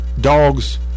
dogs